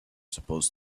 supposed